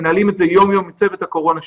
מנהל את זה יום-יום עם צוות הקורונה שלי.